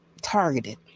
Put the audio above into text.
targeted